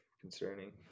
concerning